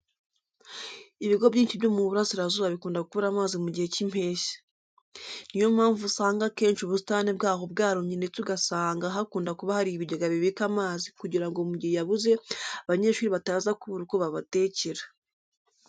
Ibigo byinshi byo mu Burasirazuba bikunda kubura amazi mu gihe cy'Impeshyi. Ni yo mpamvu usanga akenshi ubusitani bwaho bwarumye ndetse ugasanga hakunda kuba hari ibigega bibika amazi kugira ngo mu gihe yabuze abanyeshuri bataza kubura uko babatekera.